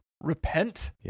repent